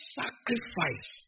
sacrifice